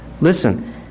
Listen